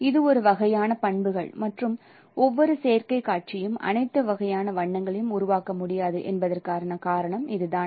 இது ஒரு வகையான பண்புகள் மற்றும் ஒவ்வொரு சேர்க்கை காட்சியும் அனைத்து வகையான வண்ணங்களையும் உருவாக்க முடியாது என்பதற்கான காரணம் இதுதான்